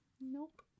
Nope